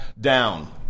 down